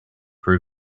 prove